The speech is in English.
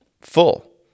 full